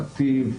נתיב,